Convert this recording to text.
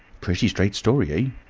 pretty straight story,